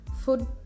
food